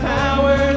power